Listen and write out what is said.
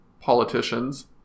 politicians